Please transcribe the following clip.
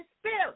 Spirit